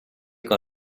con